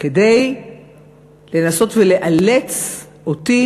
כדי לנסות ולאלץ אותי